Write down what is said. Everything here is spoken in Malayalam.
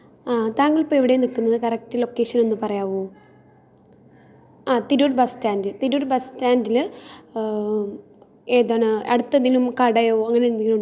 ഇവരുടെയൊക്കെ എല്ലാം ഹാസ്യം നിറഞ്ഞ വീഡിയോകളാണ് ഇതു കാണുമ്പോൾ നമുക്ക് സന്തോഷവും സങ്കടവും ഈ ചിന്തിക്കാനുള്ള കാര്യങ്ങളൊക്കെ ഇവരുടെ യൂട്യൂബ് വീഡിയോയിലുണ്ട്